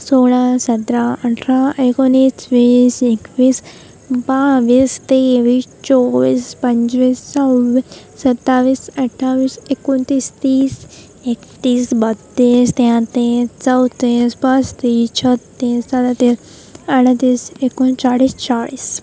सोळा सतरा अठरा एकोणीस वीस एकवीस बावीस तेवीस चोवीस पंचवीस सव्वीस सत्तावीस अठ्ठावीस एकोणतीस तीस एकतीस बत्तीस तेहतीस चौतीस पस्तीस छत्तीस सदतीस अडतीस एकोनचाळीस चाळीस